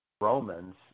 Romans